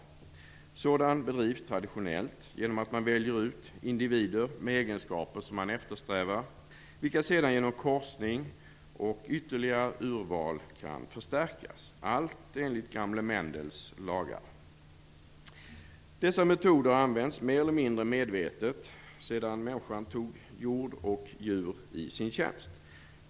Sådan bedrivs traditionellt genom att man väljer ut individer med egenskaper som man eftersträvar, vilka sedan genom korsning och ytterligare urval kan förstärkas - allt enligt gamle Mendels lagar. Dessa metoder har använts mer eller mindre medvetet alltsedan människan tog jord och djur i sin tjänst.